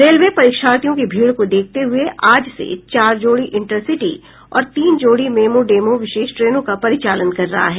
railway परीक्षार्थियों की भीड़ को देखते हुये आज से चार जोड़ी इंटरसिटी और तीन जोड़ी मेमू डेमू विशेष ट्रेनों का परिचालन कर रहा है